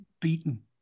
beaten